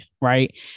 right